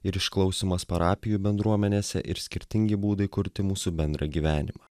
ir išklausymas parapijų bendruomenėse ir skirtingi būdai kurti mūsų bendrą gyvenimą